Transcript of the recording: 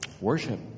Worship